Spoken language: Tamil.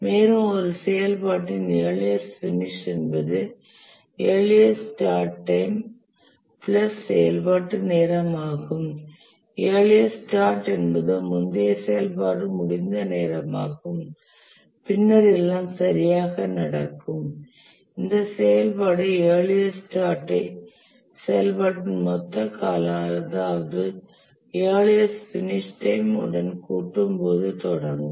மேலும் ஒரு செயல்பாட்டின் இயர்லியஸ்ட் பினிஷ் என்பது இயர்லியஸ்ட் ஸ்டார்ட் டைம் பிளஸ் செயல்பாட்டு நேரம் ஆகும் இயர்லியஸ்ட் ஸ்டார்ட் என்பது முந்தைய செயல்பாடு முடிந்த நேரமாகும் பின்னர் எல்லாம் சரியாக நடக்கும் இந்த செயல்பாடு இயர்லியஸ்ட் ஸ்டார்ட் ஐ செயல்பாட்டின் மொத்த காலம் அதாவது இயர்லியஸ்ட் பினிஷ் டைம் உடன் கூட்டும்போது தொடங்கும்